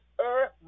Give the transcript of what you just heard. earth